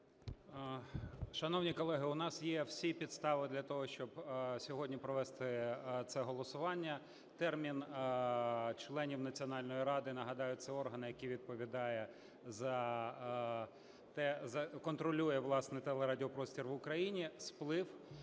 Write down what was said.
Шановні колеги, у нас є всі підстави для того, щоб сьогодні провести це голосування. Термін членів Національної ради - нагадаю, це орган, який відповідає за те… контролює, власне, телерадіопростір в Україні, - сплив.